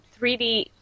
3D